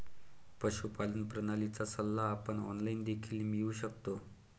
पशुपालन प्रणालीचा सल्ला आपण ऑनलाइन देखील मिळवू शकतो